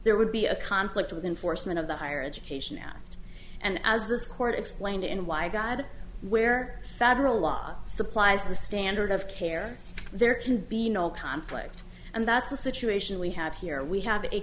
there would be a conflict with enforcement of the higher education act and as this court explained in why god where federal law supplies the standard of care there can be no conflict and that's the situation we have here we have a